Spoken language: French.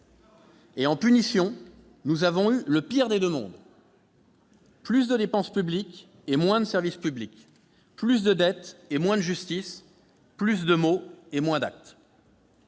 En punition, nous avons eu le pire des deux mondes : plus de dépenses publiques et moins de services publics ; plus de dette et moins de justice ; plus de mots et moins d'actes.